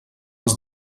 els